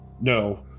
No